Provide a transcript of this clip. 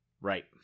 Right